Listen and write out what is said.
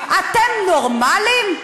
אתם נורמליים?